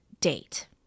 date